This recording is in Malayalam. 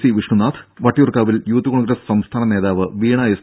സി വിഷ്ണുനാഥ് വട്ടിയൂർകാവിൽ യൂത്ത് കോൺഗ്രസ് സംസ്ഥാന നേതാവ് വീണ എസ്